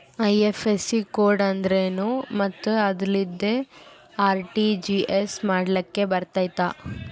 IFSC code ಅಂದ್ರೇನು ಮತ್ತು ಅದಿಲ್ಲದೆ ಆರ್.ಟಿ.ಜಿ.ಎಸ್ ಮಾಡ್ಲಿಕ್ಕೆ ಬರ್ತೈತಾ?